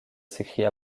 s’écria